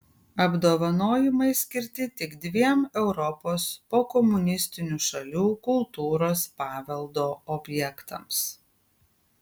apdovanojimai skirti tik dviem europos pokomunistinių šalių kultūros paveldo objektams